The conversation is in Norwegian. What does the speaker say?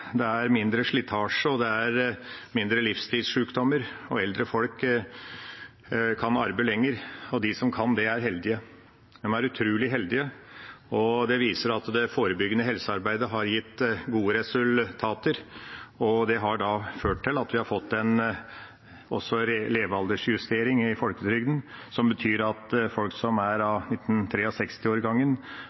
Det er mindre slitasje, det er mindre livsstilssykdommer, og eldre folk kan arbeide lenger – og de som kan det, er heldige. De er utrolig heldige. Det viser at det forebyggende helsearbeidet har gitt gode resultater, og det har ført til at vi også har fått en levealdersjustering i folketrygden, som betyr at folk som er av